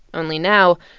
only now,